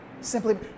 Simply